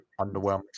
underwhelming